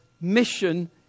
mission